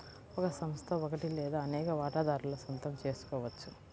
ఒక సంస్థ ఒకటి లేదా అనేక వాటాదారుల సొంతం చేసుకోవచ్చు